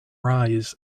rise